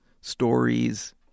stories